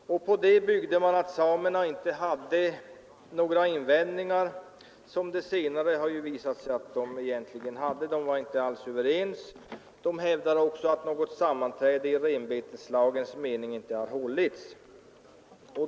På det byggde man slutsatsen att samerna inte hade några invändingar, vilket det senare visade sig att de hade. De var inte alls överens, och dessutom hävdade de att något sammanträde i renbeteslagens mening inte hade hållits.